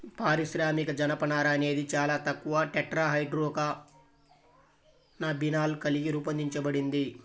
పారిశ్రామిక జనపనార అనేది చాలా తక్కువ టెట్రాహైడ్రోకాన్నబినాల్ కలిగి రూపొందించబడింది